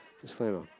Disclaimer